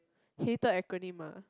hated acronym ah